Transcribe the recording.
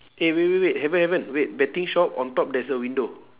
eh wait wait wait haven't haven't wait betting shop on top there's a window